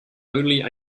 only